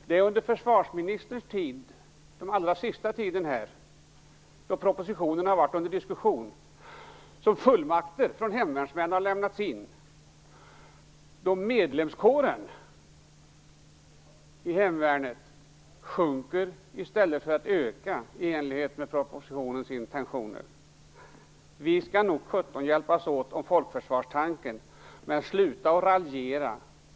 Det är under försvarsministerns tid, under den allra sista tiden då propositionen har varit under diskussion, som fullmakter har lämnats in från hemvärnsmän därför att medlemskåren i hemvärnet minskar, i stället för att öka i enlighet med propositionens intentioner. Vi skall nog sjutton hjälpas åt om folkförsvarstanken, men sluta att raljera!